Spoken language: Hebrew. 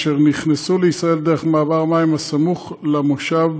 אשר נכנסו לישראל דרך מעבר מים הסמוך למושב,